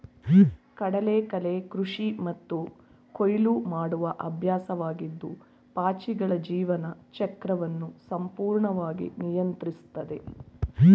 ಕಡಲಕಳೆ ಕೃಷಿ ಮತ್ತು ಕೊಯ್ಲು ಮಾಡುವ ಅಭ್ಯಾಸವಾಗಿದ್ದು ಪಾಚಿಗಳ ಜೀವನ ಚಕ್ರವನ್ನು ಸಂಪೂರ್ಣವಾಗಿ ನಿಯಂತ್ರಿಸ್ತದೆ